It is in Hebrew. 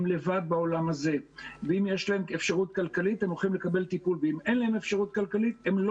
הם לבד בעולם הזה ואם יש להם אפשרות כלכלית הם הולכים